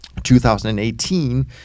2018